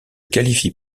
qualifie